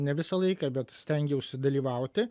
ne visą laiką bet stengiausi dalyvauti